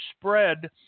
spread